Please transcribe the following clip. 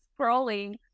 scrolling